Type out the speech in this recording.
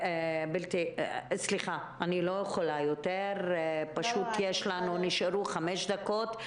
סליחה, פשוט נשארו חמש דקות.